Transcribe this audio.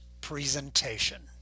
presentation